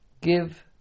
give